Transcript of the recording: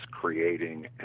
creating